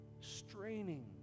Straining